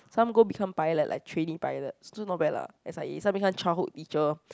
some go become pilot like trainee pilot still not bad lah S_I_A some become childhood teacher